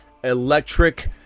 electric